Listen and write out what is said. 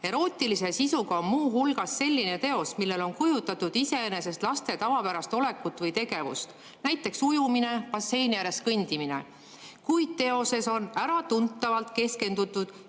"Erootilise sisuga on muu hulgas selline teos, millel on kujutatud iseenesest laste tavapärast olekut või tegevust, näiteks ujumine, basseini ääres kõndimine, kuid teoses on äratuntavalt keskendutud